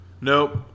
Nope